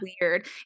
weird